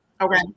Okay